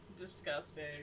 disgusting